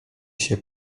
się